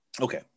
Okay